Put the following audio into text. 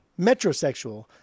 Metrosexual